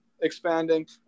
expanding